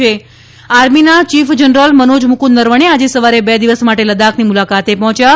શ્રી નરવણે આર્મીના chief general Manoj Mukund Naravane આજે સવારે બે દિવસ માટે લદાખની મુલાકાતે પહોંચ્યા છે